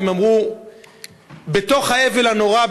והם אמרו שבתוך האבל הנורא,